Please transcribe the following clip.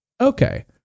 Okay